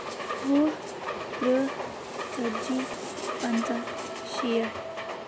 وُہ تٕرٛہ ژتجی پَنٛژہ شیٹھ